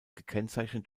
gekennzeichnet